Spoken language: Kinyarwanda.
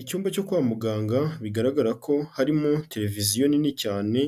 Icyumba cyo kwa muganga bigaragara ko harimo televiziyo nini cyane